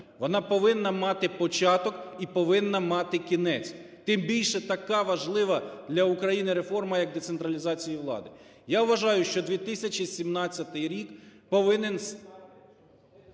Вона повинна мати початок і повинна мати кінець, тим більше, така важлива для України реформа як децентралізація влади. Я вважаю, що 2017 рік повинен